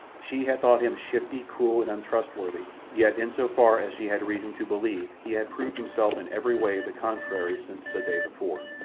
she had thought him shifty, cruel, and untrustworthy, yet in so far as she had reason to believe he had proved himself in every way the contrary since the day before.